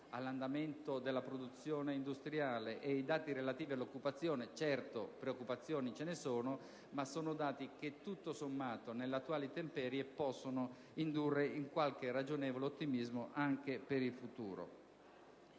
all'andamento della produzione industriale e quelli relativi all'occupazione, preoccupazioni ce ne sono, ma si tratta di dati che, tutto sommato, nell'attuale temperie possono indurci a un certo ragionevole ottimismo anche per il futuro.